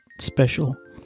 special